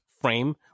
frame